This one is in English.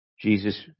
Jesus